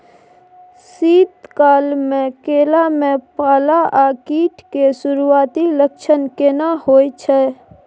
शीत काल में केला में पाला आ कीट के सुरूआती लक्षण केना हौय छै?